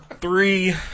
Three